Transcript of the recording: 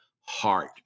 heart